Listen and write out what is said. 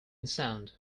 sound